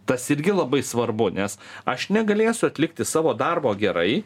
tas irgi labai svarbu nes aš negalėsiu atlikti savo darbo gerai